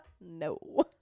no